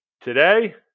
Today